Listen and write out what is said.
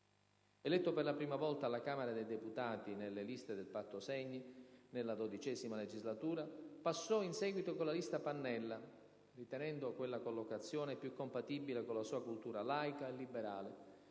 Eletto per la prima volta alla Camera dei deputati nelle liste del Patto Segni, nella XII legislatura, passò in seguito con la Lista Pannella, ritenendo quella collocazione più compatibile con la sua cultura laica e liberale,